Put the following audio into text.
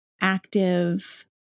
active